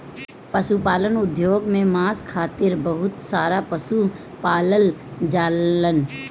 पशुपालन उद्योग में मांस खातिर बहुत सारा पशु पालल जालन